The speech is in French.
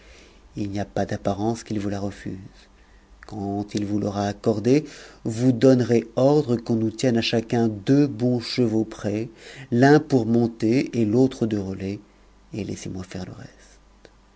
il n'y a pas d'apparence qu'il vous la refuse quand il vous t'aura accordée vous donnerez ordre qu'on nous tienne à chacun deux bons chevaux prêts l'un pour monter et l'autre de relais et laissez-moi faire le reste